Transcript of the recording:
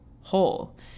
whole